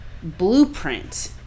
Blueprint